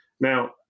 Now